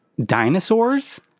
dinosaurs